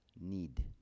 need